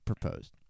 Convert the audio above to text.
proposed